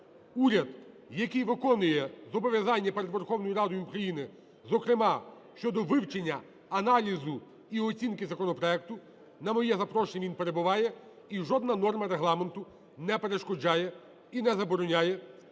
уряд, який виконує зобов'язання перед Верховною Радою України, зокрема щодо вивчення, аналізу і оцінки законопроекту. На моє запрошення він перебуває, і жодна норма Регламенту не перешкоджає і не забороняє керівнику